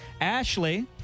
Ashley